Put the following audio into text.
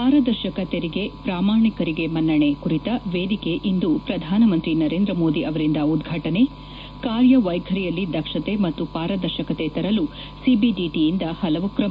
ಪಾರದರ್ಶಕ ತೆರಿಗೆ ಪ್ರಾಮಾಣಿಕರಿಗೆ ಮನ್ನಣೆ ಕುರಿತ ವೇದಿಕೆ ಇಂದು ಪ್ರಧಾನಮಂತ್ರಿ ನರೇಂದ್ರ ಮೋದಿ ಅವರಿಂದ ಉದ್ಘಾಟನೆ ಕಾರ್ಯ ವೈಖರಿಯಲ್ಲಿ ದಕ್ಷತೆ ಮತ್ತು ಪಾರದರ್ಶಕತೆ ತರಲು ಸಿಬಿಡಿಟಿಯಿಂದ ಹಲವು ಕ್ರಮ